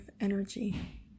energy